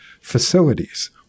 facilities